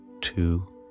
two